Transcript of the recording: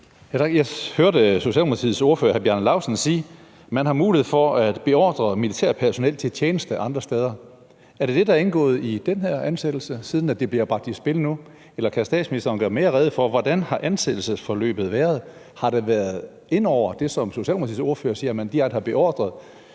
Jeg hørte Socialdemokratiets ordfører, hr. Bjarne Laustsen, sige, at man har mulighed for at beordre militært personel til tjeneste andre steder. Er det det, der er indgået i den her ansættelse, siden det bliver bragt i spil nu, eller kan statsministeren gøre mere rede for, hvordan ansættelsesforløbet har været? Har det, som Socialdemokratiets ordfører siger, været indeover,